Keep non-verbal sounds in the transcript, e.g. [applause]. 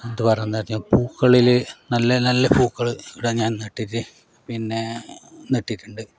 എന്ത് [unintelligible] പൂക്കളിൽ നല്ല നല്ല പൂക്കൾ ഇവിടെ ഞാൻ നട്ടിട്ട് പിന്നെ നട്ടിറ്റുണ്ട്